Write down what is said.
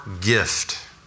gift